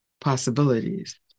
possibilities